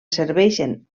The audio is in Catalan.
serveixen